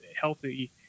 healthy